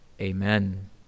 Amen